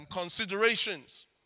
considerations